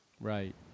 Right